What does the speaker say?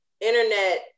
internet